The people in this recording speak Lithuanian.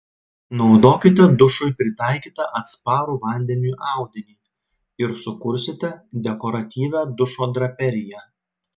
naudokite dušui pritaikytą atsparų vandeniui audinį ir sukursite dekoratyvią dušo draperiją